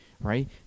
right